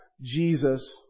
Jesus